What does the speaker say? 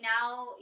now